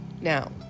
now